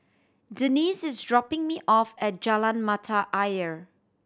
Denis is dropping me off at Jalan Mata Ayer